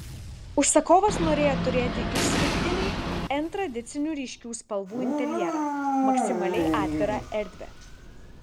užsakovas norėjo turėti išskirtinį n tradicinių ryškių spalvų interjerą maksimaliai atvirą erdvę